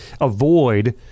avoid